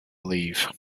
leave